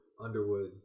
Underwood